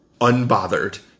unbothered